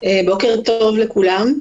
בוקר טוב לכולם.